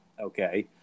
okay